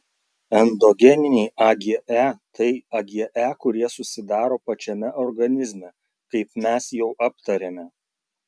endogeniniai age tai age kurie susidaro pačiame organizme kaip mes jau aptarėme